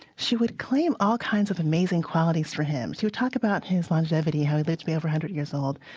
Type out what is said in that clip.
she would claim all kinds of amazing qualities for him. she would talk about his longevity, how he lived to be one hundred years old.